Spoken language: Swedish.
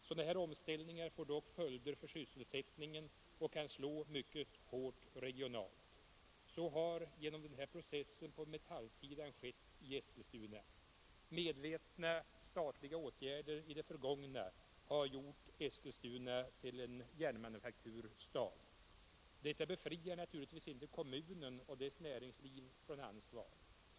Sådana här omställningar får dock följder för sysselsättningen och kan slå mycket hårt regionalt. Så har genom den här processen på metallsidan skett i Eskilstuna. Medvetna statliga åtgärder i det förgångna har gjort Eskilstuna till en järnmanufakturstad. Detta befriar naturligtvis inte kommunen och dess näringsliv från ansvar.